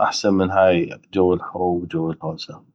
احسن من هاي جو الحروب وجو الهوسه